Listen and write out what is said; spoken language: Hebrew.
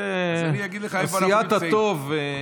זו עשיית הטוב.